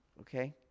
Okay